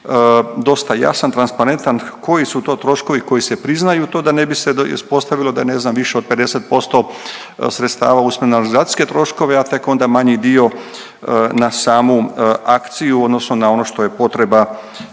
biti dosta jasan i transparentan, koji su to troškovi koji se priznaju, to da ne bi se ispostavilo da je ne znam više od 50% sredstava usmjereno na organizacijske troškove, a tek onda manji dio na samu akciju odnosno na ono što je potreba